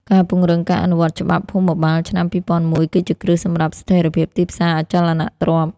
ការពង្រឹងការអនុវត្តច្បាប់ភូមិបាលឆ្នាំ ២០០១ គឺជាគ្រឹះសម្រាប់ស្ថិរភាពទីផ្សារអចលនទ្រព្យ។